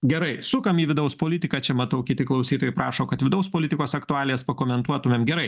gerai sukam į vidaus politiką čia matau kiti klausytojai prašo kad vidaus politikos aktualijas pakomentuotumėm gerai